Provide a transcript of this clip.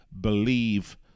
Believe